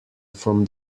from